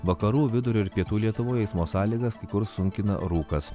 vakarų vidurio ir pietų lietuvoje eismo sąlygas kai kur sunkina rūkas